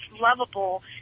lovable